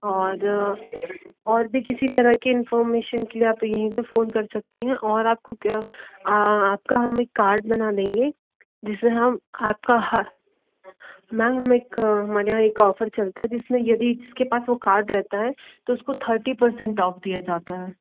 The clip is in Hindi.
और और भी किसी तरह की इनफ़ॉर्मेशन के लिए आप यहीं पे फ़ोन कर सकती हैं और आपको क्या आ आपका हमें एक कार्ड बना देंगे जिसमें हम आपका मैम हम एक हमारे यहाँ एक ऑफ़र चलता है जिसमें यदि जिसके पास वो कार्ड रहता है तो उसको थर्टी परसेंट ऑफ़ दिया जाता है